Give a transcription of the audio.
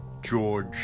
George